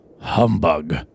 humbug